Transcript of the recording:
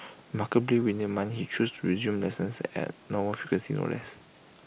remarkably within A month he chose to resume lessons at normal frequency no less